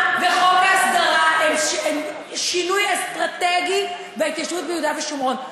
עמונה וחוק ההסדרה הם שינוי אסטרטגי בהתיישבות ביהודה ושומרון.